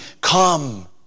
Come